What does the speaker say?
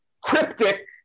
cryptic